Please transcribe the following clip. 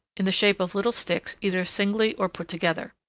in the shape of little sticks either singly or put together.